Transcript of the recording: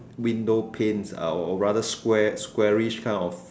window panes or rather square squarish kind of